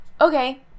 Okay